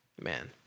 man